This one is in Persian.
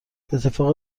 اتفاق